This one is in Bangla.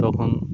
তখন